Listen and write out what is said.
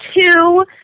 two